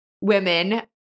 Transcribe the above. women